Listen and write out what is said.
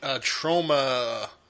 trauma